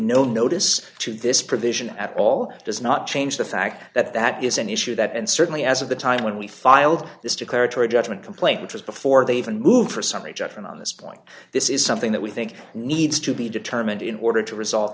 no notice to this provision at all it does not change the fact that that is an issue that and certainly as of the time when we filed this declaratory judgment complaint which was before they even moved for some a judgment on this point this is something that we think needs to be determined in order to resolve